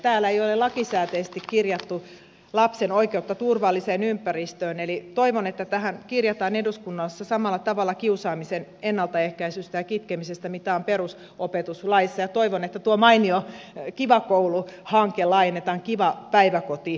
täällä ei ole lakisääteisesti kirjattu lapsen oikeutta turvalliseen ympäristöön eli toivon että tähän kirjataan eduskunnassa kiusaamisen ennaltaehkäisystä ja kitkemisestä samalla tavalla kuin perusopetuslaissa ja toivon että tuo mainio ki va koulu hanke laajennetaan kiva päiväkoti hankkeeksi